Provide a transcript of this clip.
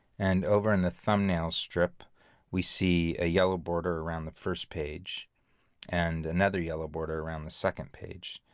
and over in the thumbnails strip we see a yellow border around the first page and another yellow border around the second page,